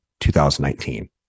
2019